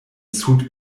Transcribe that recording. sud